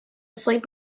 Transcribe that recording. sleep